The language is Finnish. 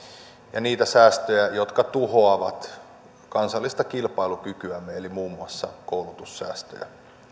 ja niitä säästöjä jotka tuhoavat kansallista kilpailukykyämme eli muun muassa koulutussäästöjä